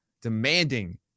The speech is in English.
demanding